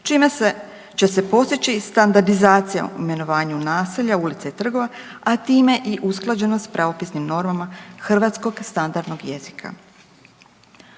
čime će se postići standardizacija imenovanja naselja, ulica i trgova, a time i usklađenost s pravopisnim normama hrvatskog standardnog jezika.